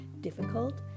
difficult